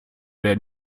der